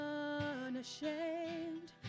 unashamed